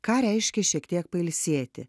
ką reiškia šiek tiek pailsėti